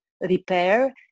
repair